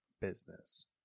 business